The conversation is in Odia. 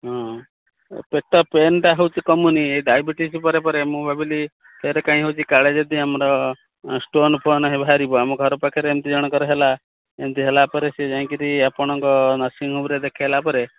ହଁ ଏ ପେଟ ପେନ୍ଟା ହେଉଛି କମୁନି ଏଇ ଡାଇବେଟିସ୍ ପରେ ପରେ ମୁଁ ଭାବିଲି ଫେରେ କାଇଁ ହେଉଛି କାଳେ ଯଦି ଆମର ଷ୍ଟୋନ୍ ଫୋନ୍ ଭାରିବା ଆମ ଘର ପାଖରେ ଏମିତି ଜଣଙ୍କର ହେଲା ଏମତି ହେଲା ପରେ ସିଏ ଯାଇଁକରି ଆପଣଙ୍କ ନର୍ସିଙ୍ଗହୋମ୍ରେ ଦେଖାଇଲା ପରେ